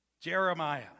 Jeremiah